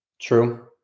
True